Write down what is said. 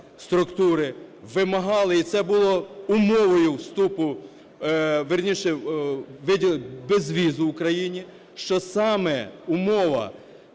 структури вимагали - і це було умовою вступу, вірніше, безвізу Україні, - що саме умова